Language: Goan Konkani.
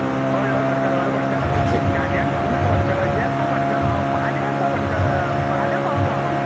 हय हय भाटकारा हय भाटकारा ते घांट्यांक सांगुनाका भाटकारा येतां भाटकारा हांव फाल्यां येता भाटकारा फाल्यां पावलो हांव